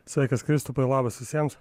sveikas kristupai labas visiems